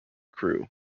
crew